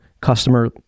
customer